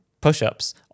push-ups